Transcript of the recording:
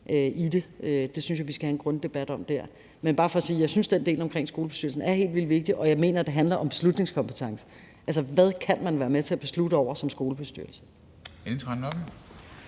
Det synes jeg vi skal have en grundig debat om. Men det er bare for at sige, at jeg synes, den del om skolebestyrelsen er helt vildt vigtig, og jeg mener, at det handler om beslutningskompetence, altså hvad man kan være med til at beslutte som skolebestyrelse.